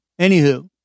Anywho